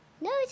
no